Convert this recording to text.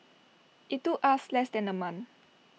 IT took us less than A month